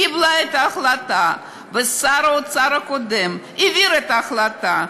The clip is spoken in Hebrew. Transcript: קיבלה את ההחלטה ושר האוצר הקודם העביר את ההחלטה.